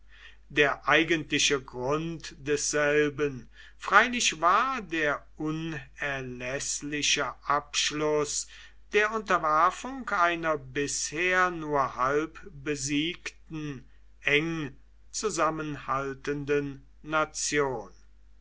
der eigentliche grund desselben freilich war der unerläßliche abschluß der unterwerfung einer bisher nur halb besiegten eng zusammenhaltenden nation